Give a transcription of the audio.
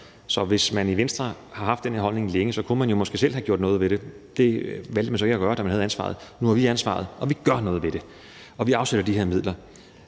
Så hvis man i Venstre har haft den her holdning længe, kunne man jo måske selv have gjort noget ved det. Det valgte man så ikke at gøre, da man havde ansvaret. Nu har vi ansvaret, og vi gør noget ved det. Vi afsætter de her midler,